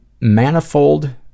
Manifold